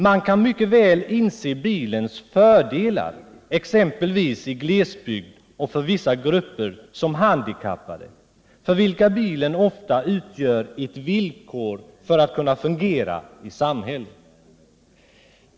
Man kan mycket väl ändå inse bilens fördelar exempelvis i glesbygd och för vissa grupper som handikappade, för vilka bilen ofta utgör ett villkor för att kunna fungera i samhället.